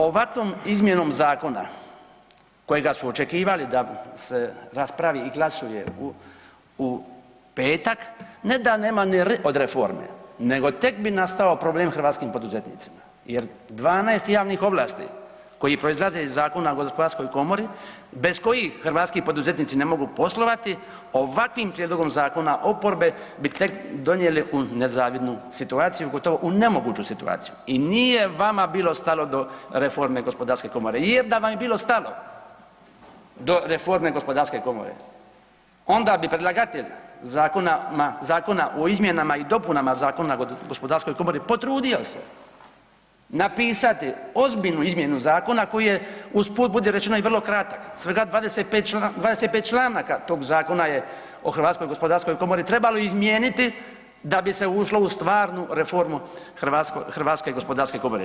Ovakvom izmjenom zakona kojega su očekivali da se raspravi i glasuje u, u petak ne da nema ni R od reforme nego tek bi nastao problem hrvatskim poduzetnicima jer 12 javnih ovlasti koji proizlaze iz Zakona o HGK bez kojih hrvatski poduzetnici ne mogu poslovati ovakvim prijedlogom zakona oporbe bi tek donijeli u nezavidnu situaciju, gotovo u nemoguću situaciju i nije vama bilo stalo do reforme gospodarske reforme jer da vam je bilo stalo do reforme gospodarske komore onda bi predlagatelj Zakona o izmjenama i dopunama Zakona o HGK potrudio se napisati ozbiljnu izmjenu zakona koji je usput budi rečeno i vrlo kratak, svega 25 članaka tog Zakona je o HGK trebalo izmijeniti da bi se ušlo u stvarnu reformu HGK.